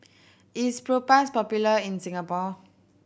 is Propass popular in Singapore